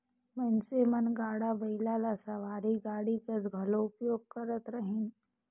मइनसे मन गाड़ा बइला ल सवारी गाड़ी कस घलो उपयोग करत रहिन